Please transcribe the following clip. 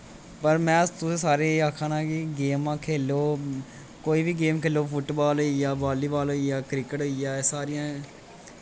पर मैं तुसे सारें गी एह् आखना कि गेमां खेलो कोई बी गेम खेलो फुटबाल होइया बालीबाल होइया क्रिक्रेट होइया एह् सारियां